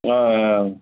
ஆ ஆ